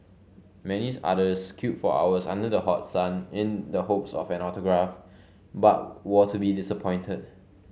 many others queued for hours under the hot sun in the hopes of an autograph but were to be disappointed